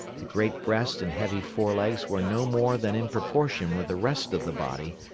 the great breast and heavy fore legs were no more than in proportion with the rest of the body,